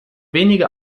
wenige